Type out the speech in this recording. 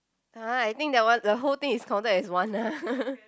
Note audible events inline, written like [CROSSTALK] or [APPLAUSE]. !huh! I think that one the whole thing is counted as one lah [LAUGHS]